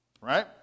Right